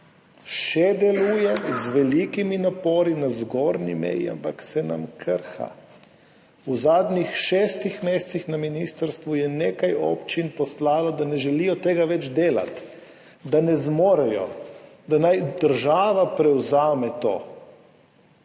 Še deluje z velikimi napori na zgornji meji, ampak se nam krha. V zadnjih šestih mesecih je na ministrstvo nekaj občin poslalo, da ne želijo tega več delati, da ne zmorejo, da naj država prevzame to.